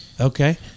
Okay